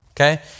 Okay